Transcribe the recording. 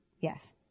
yes